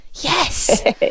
Yes